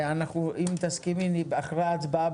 ואם תסכימי אחרי ההצבעה,